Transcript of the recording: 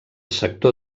sector